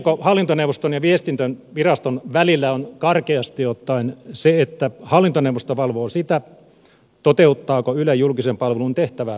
työnjako hallintoneuvoston ja viestintäviraston välillä on karkeasti ottaen se että hallintoneuvosto valvoo sitä toteuttaako yle julkisen palvelun tehtävää asianmukaisesti